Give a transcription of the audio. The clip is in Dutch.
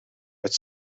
het